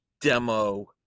demo